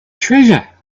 treasure